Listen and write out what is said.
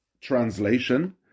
translation